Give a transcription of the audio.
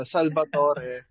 Salvatore